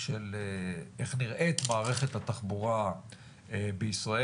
של איך נראית מערכת התחבורה בישראל,